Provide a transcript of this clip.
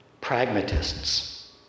Pragmatists